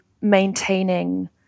maintaining